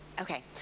Okay